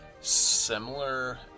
similar